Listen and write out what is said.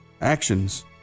actions